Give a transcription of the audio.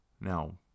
Now